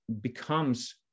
becomes